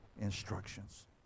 instructions